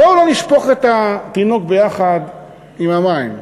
בואו לא נשפוך את התינוק ביחד עם המים.